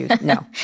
No